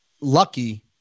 lucky